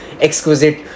exquisite